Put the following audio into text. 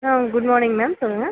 good morning ma'am சொல்லுங்கள்